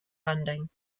funding